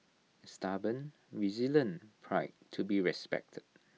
A stubborn resilient pride to be respected